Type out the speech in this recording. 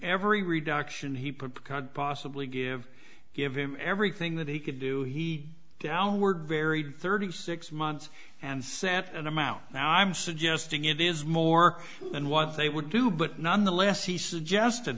every reduction he put can't possibly give give him everything that he could do he now were varied thirty six months and sent an amount now i'm suggesting it is more than once they would do but nonetheless he suggested